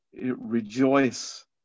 rejoice